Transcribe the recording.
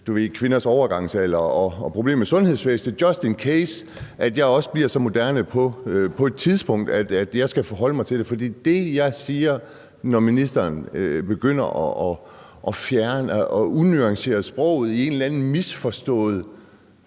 kvinders afgangsalder og problemerne med sundhedsvæsenet, just in case at jeg på et tidspunkt også bliver så moderne, at jeg skal forholde mig til det. For når ministeren begynder at fjerne nuancer i sproget ud fra en eller anden misforstået